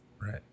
Right